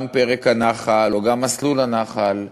גם פרק הנח"ל או מסלול הנח"ל,